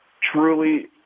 truly